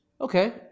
Okay